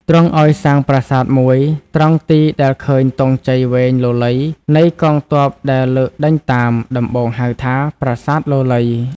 ទ្រង់ឲ្យសាងប្រាសាទមួយត្រង់ទីដែលឃើញទង់ជ័យវែងលលៃ នៃកងទ័ពដែលលើកដេញតាម ដំបូងហៅថា "ប្រាសាទលលៃ"។